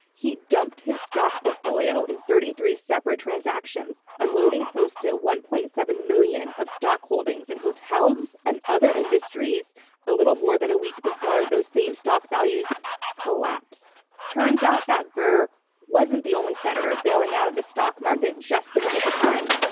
he dumped his stock portfolio in thirty three separate transactions, unloading close to one dollars. seven million of stock holdings in hotels and other industries a little more than a week before those same stock values collapsed. turns out that barr wasn't the only senator bailing out of the stock market just in the nick of time.